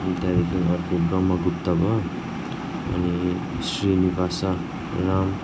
त्यहाँदेखि अर्को ब्रम्हा गुप्ता भयो अनि श्रीनिवास रामनुजन